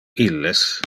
illes